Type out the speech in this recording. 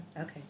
Okay